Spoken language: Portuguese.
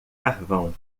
carvão